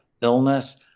illness